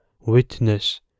witness